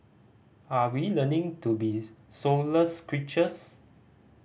are we learning to be soulless creatures